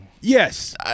Yes